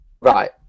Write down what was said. Right